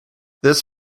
this